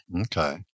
Okay